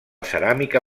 ceràmica